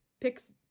picks